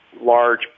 large